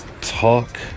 talk